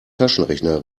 taschenrechner